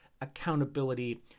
accountability